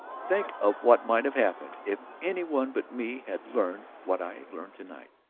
think of what might have happened. if any one but me had learned what i have learned to-night.